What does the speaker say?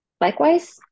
Likewise